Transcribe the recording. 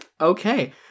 Okay